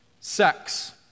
sex